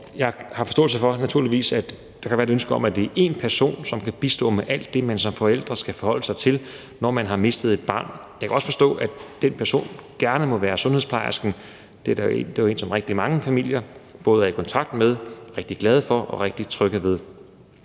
forståelse for, at der kan være et ønske om, at det er én person, som kan bistå med alt det, man som forældre skal forholde sig til, når man har mistet et barn. Jeg kan også godt forstå, at den person gerne må være sundhedsplejersken, da det jo er en, som rigtig mange familier både er i kontakt med, er rigtig glade for og er rigtig trygge ved.